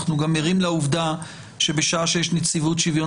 אנחנו גם ערים לעובדה שבשעה שיש נציבות שוויון